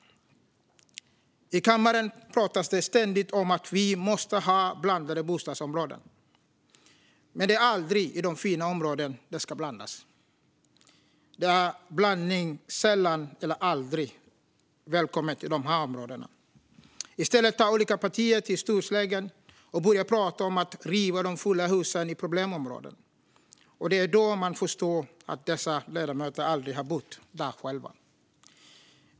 I kammaren pratas det ständigt om att vi måste ha blandade bostadsområden. Men det är aldrig i de fina områdena det ska blandas. I dessa områden är en blandning sällan eller aldrig välkommen. I stället tar olika partier till storsläggan och börjar prata om att riva de fula husen i problemområdena. Det är då man förstår att dessa ledamöter aldrig har bott där själva.